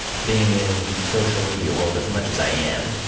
being in social media world as much as i am,